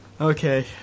Okay